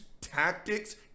tactics